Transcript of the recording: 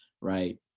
right